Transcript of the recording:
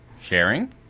sharing